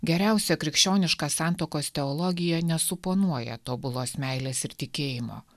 geriausia krikščioniška santuokos teologija nesuponuoja tobulos meilės ir tikėjimo